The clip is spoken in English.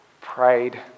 prayed